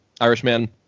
Irishman